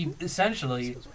Essentially